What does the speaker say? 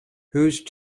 whose